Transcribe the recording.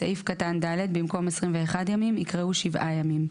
בסעיף קטן (ד), במקום "21 ימים" יקראו "שבעה ימים"